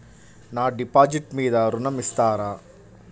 నా డిపాజిట్ మీద ఋణం ఇస్తారా?